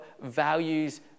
values